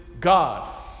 God